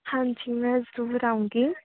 ਹਾਂਜੀ ਮੈਂ ਜ਼ਰੂਰ ਆਊਂਗੀ